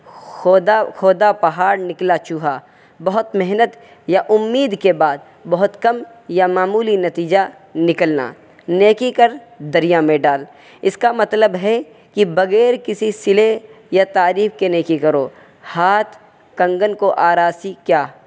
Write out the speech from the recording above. کھودا کھودا پہاڑ نکلا چوہا بہت محنت یا امید کے بعد بہت کم یا معمولی نتیجہ نکلنا نیکی کر دریا میں ڈال اس کا مطلب ہے کہ بغیر کسی صلے یا تعریف کے نیکی کرو ہاتھ کنگن کو آرسی کیا